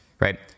right